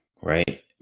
right